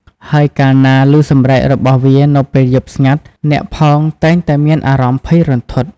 ហើយកាលណាឮសម្រែករបស់វានៅពេលយប់ស្ងាត់ អ្នកផងតែងតែមានអារម្មណ៍ភ័យរន្ធត់។